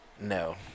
No